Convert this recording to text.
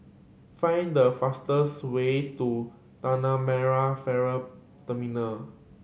find the fastest way to Tanah Merah Ferry Terminal